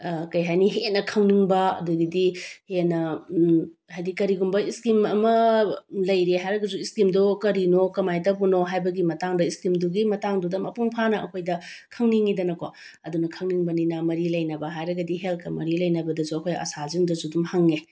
ꯀꯩꯍꯥꯏꯅꯤ ꯍꯦꯟꯅ ꯈꯪꯅꯤꯡꯕ ꯑꯗꯨꯗꯒꯤꯗꯤ ꯍꯦꯟꯅ ꯍꯥꯏꯗꯤ ꯀꯔꯤꯒꯨꯝꯕ ꯏꯁꯀꯤꯝ ꯑꯃ ꯂꯩꯔꯦ ꯍꯥꯏꯔꯒꯁꯨ ꯏꯁꯀꯤꯝꯗꯣ ꯀꯔꯤꯅꯣ ꯀꯃꯥꯏꯅ ꯇꯧꯕꯅꯣ ꯍꯥꯏꯕꯒꯤ ꯃꯇꯥꯡꯗ ꯏꯁꯀꯤꯝꯗꯨꯒꯤ ꯃꯇꯥꯡꯗꯨꯗ ꯃꯄꯨꯡ ꯐꯥꯅ ꯑꯩꯈꯣꯏꯗ ꯈꯪꯅꯤꯡꯏꯗꯅꯀꯣ ꯑꯗꯨꯅ ꯈꯪꯅꯤꯡꯕꯅꯤꯅ ꯃꯔꯤ ꯂꯩꯅꯕ ꯍꯥꯏꯔꯒꯗꯤ ꯍꯦꯜꯠꯒ ꯃꯔꯤ ꯂꯩꯅꯕꯗꯁꯨ ꯑꯩꯈꯣꯏ ꯑꯁꯥꯁꯤꯡꯗꯁꯨ ꯑꯗꯨꯝ ꯍꯪꯉꯦ